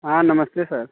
हाँ नमस्ते सर